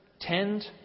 tend